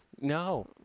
no